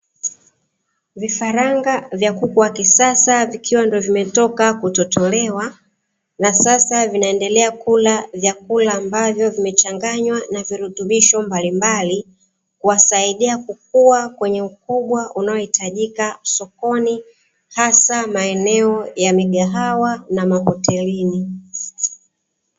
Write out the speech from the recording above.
Vifaranga vya kuku wa kisasa vikiwa ndo vimetoka kutotolewa na sasa vinaendelea kula vyakula ambavyo vimechanganywa na virutubisho mbalimbali, kuwasaidia kukua kwenye ukubwa unaohitajika sokoni hasa maeneo ya migahawa na mahotelini.